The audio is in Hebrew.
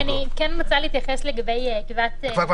אני כן רוצה להתייחס לגבי --- כבר.